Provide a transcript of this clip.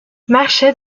marchés